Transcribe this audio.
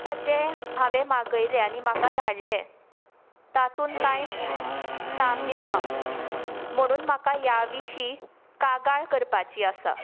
आता जें हांवे मागयलें आनी म्हाका धाडलें तातूंत कांयच साम्य ना म्हणून म्हाका ह्या विशीं कागाळ करपाची आसा